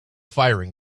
firing